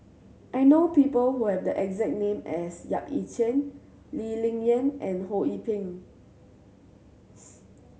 I know people who have the exact name as Yap Ee Chian Lee Ling Yen and Ho Yee Ping